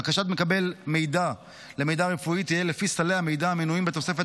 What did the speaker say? בקשת מקבל מידע למידע רפואי תהיה לפי סלי המידע המנויים בתוספת,